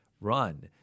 run